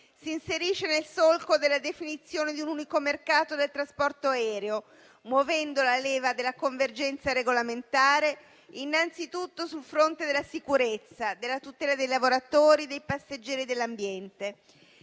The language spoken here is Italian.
si inserisce nel solco della definizione di un unico mercato del trasporto aereo, muovendo la leva della convergenza regolamentare innanzitutto sul fronte della sicurezza, della tutela dei lavoratori, dei passeggeri e dell'ambiente.